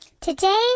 Today